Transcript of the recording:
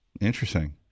Interesting